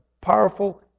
powerful